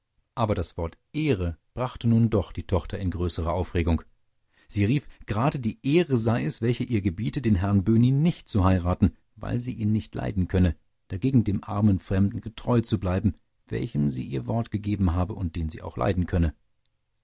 aber das wort ehre brachte nun doch die tochter in größere aufregung sie rief gerade die ehre sei es welche ihr gebiete den herrn böhni nicht zu heiraten weil sie ihn nicht leiden könne dagegen dem armen fremden getreu zu bleiben welchem sie ihr wort gegeben habe und den sie auch leiden könne